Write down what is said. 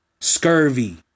Scurvy